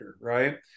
Right